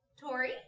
Tori